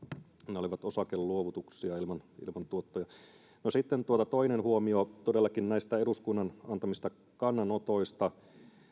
ne olivat osakeluovutuksia ilman tuottoja sitten toinen huomio todellakin näistä eduskunnan antamista kannanotoista